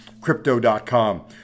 Crypto.com